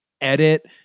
edit